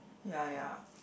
ya ya